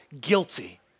guilty